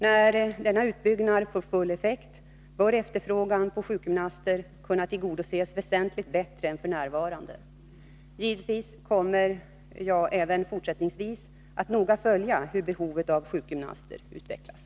När denna utbyggnad får full effekt, bör efterfrågan på sjukgymnaster kunna tillgodoses väsentligt bättre än f. n. Givetvis kommer jag även fortsättningsvis att noga följa hur behovet av sjukgymnaster utvecklas.